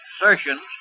assertions